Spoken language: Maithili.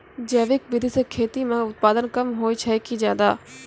जैविक विधि से खेती म उत्पादन कम होय छै कि ज्यादा?